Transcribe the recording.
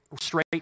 straight